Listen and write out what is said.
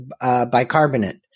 bicarbonate